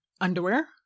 underwear